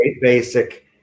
Basic